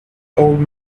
old